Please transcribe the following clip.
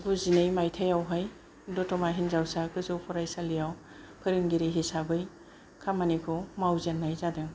गुजिनै माइथायावहाय दतमा हिनजावसा गोजौ फरायसालियाव फोरोंगिरि हिसाबै खामानिखौ मावजेननाय जादों